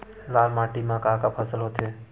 लाल माटी म का का फसल होथे?